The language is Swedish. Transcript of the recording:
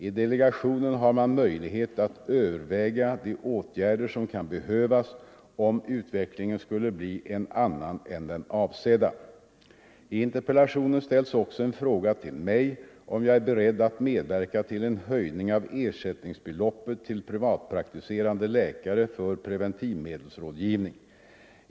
I delegationen har man möjlighet att överväga de åtgärder som kan behövas om utvecklingen skulle bli en annan än den avsedda. I interpellationen ställs också en fråga till mig om jag är beredd att medverka till en höjning av ersättningsbeloppet till privatpraktiserande läkare för preventivmedelsrådgivning.